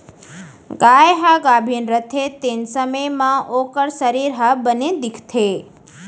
गाय ह गाभिन रथे तेन समे म ओकर सरीर ह बने दिखथे